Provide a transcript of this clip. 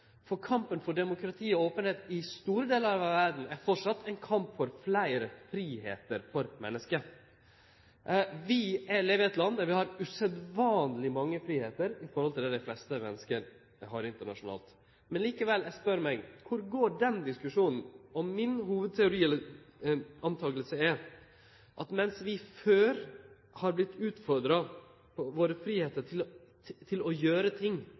for kampen for demokrati og openheit i store delar av verda er framleis ein kamp for fleire fridomar for menneske. Vi lever i eit land der vi har usedvanleg mange fridomar i forhold til det dei fleste menneske internasjonalt har. Likevel spør eg meg: Kvar går den diskusjonen? Min hovudteori – eller det eg antar – er: Mens vi før har vorte utfordra på vår fridom til å gjere ting,